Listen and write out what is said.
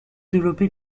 développé